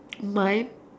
mine